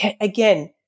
Again